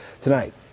Tonight